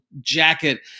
jacket